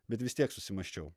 bet vis tiek susimąsčiau